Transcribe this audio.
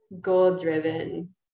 goal-driven